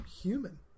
human